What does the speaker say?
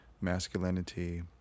masculinity